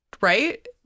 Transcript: right